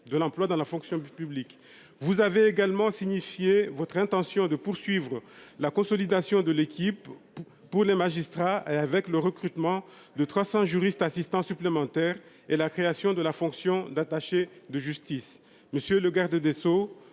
de l'emploi dans la fonction publique. Vous avez également signifier votre intention de poursuivre la consolidation de l'équipe pour les magistrats. Avec le recrutement de 300 juristes assistants supplémentaires et la création de la fonction d'attaché de justice monsieur le garde des Sceaux,